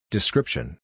Description